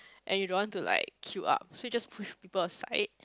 and you don't want to like queue up so you just push people aside